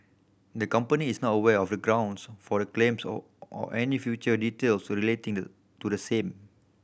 the company is not aware of the grounds for the claims or any further details relating the to the same